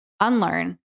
unlearn